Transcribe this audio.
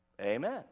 Amen